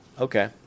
Okay